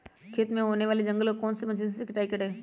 खेत में होने वाले जंगल को कौन से मशीन से कटाई करें?